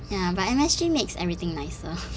ya but M_S_G makes everything nicer